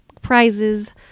prizes